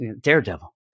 daredevil